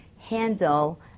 handle